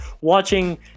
watching